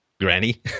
granny